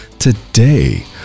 Today